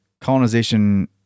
Colonization